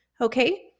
okay